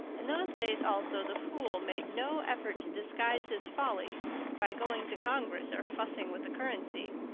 in those days also, the fool made no effort to disguise his folly by going to congress or fussing with the currency,